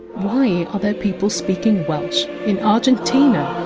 why are there people speaking welsh in argentina?